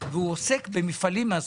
הם אמרו שהם יתנו לנו הסברים.